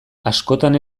askotan